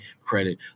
credit